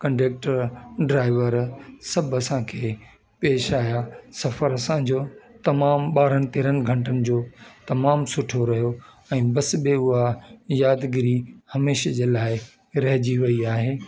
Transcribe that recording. conductor driver सभु असांखे पेश आहियां सफ़र असांजो तमामु ॿारहनि तेरहनि घंटनि जो तमामु सुठो रहियो ऐं बस बि हूअ यादगीरी हमेशह जे लाइ रहजी वई आहे